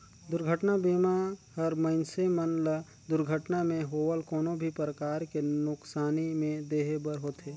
दुरघटना बीमा हर मइनसे मन ल दुरघटना मे होवल कोनो भी परकार के नुकसानी में देहे बर होथे